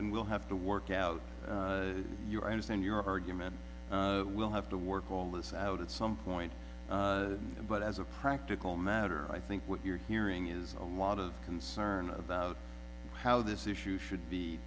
and we'll have to work out your i understand your argument we'll have to work all this out at some point but as a practical matter i think what you're hearing is on lot of concern about how this issue should be